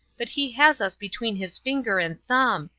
but he has us between his finger and thumb.